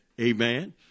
Amen